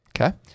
Okay